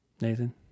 Nathan